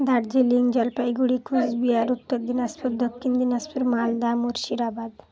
Darjeeling Jalpaiguri Cooch Behar Uttar Dinajpur Dakshin Dinajpur Malda Murshidabad